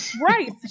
Right